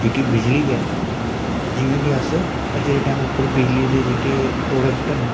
जेहकी बिजली ऐ जियां कि अस अज्जै दे टाइम उप्पर बिजली दे जेहके प्रोडेक्ट ना